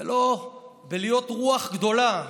ולא בלהיות רוח גדולה.